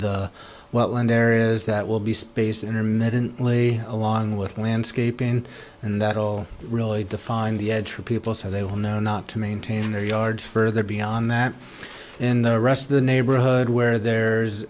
and areas that will be spaced intermittently along with landscaping and that will really define the edge for people so they will know not to maintain their yard further beyond that in the rest of the neighborhood where there's